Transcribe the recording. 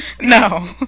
No